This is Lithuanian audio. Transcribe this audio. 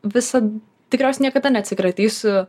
visa tikriausiai niekada neatsikratysiu